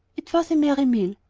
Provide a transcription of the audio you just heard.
it was a merry meal.